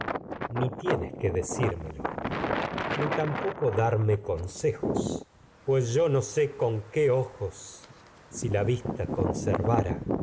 ni tie nes que decírmelo ni tampoco darme consejos pues yo no sé con qué ojos si la vista conservara